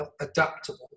adaptable